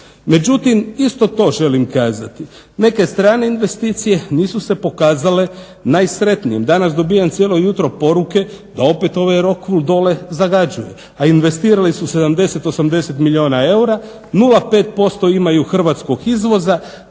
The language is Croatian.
Međutim isto to želim kazati, neke strane investicije nisu se pokazale najsretnijim. Danas dobivam cijelo jutro poruke da opet ovaj … zagađuje. A investirali su 70, 80 milijuna eura, 0,5% imaju hrvatskog izvoza,